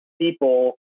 people